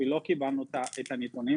ולא קיבלנו את הנתונים.